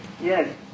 Yes